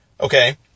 Okay